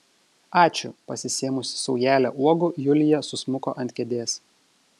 ačiū pasisėmusi saujelę uogų julija susmuko ant kėdės